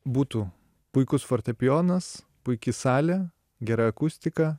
būtų puikus fortepijonas puiki salė gera akustika